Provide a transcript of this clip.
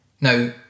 Now